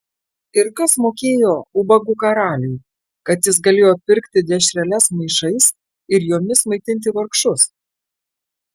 ir kas mokėjo ubagų karaliui kad jis galėjo pirkti dešreles maišais ir jomis maitinti vargšus